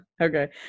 Okay